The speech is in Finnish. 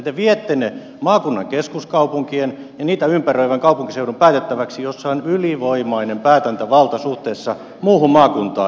te viette ne maakunnan keskuskaupunkien ja niitä ympäröivien kaupunkiseutujen päätettäväksi jossa on ylivoimainen päätäntävalta suhteessa muuhun maakuntaan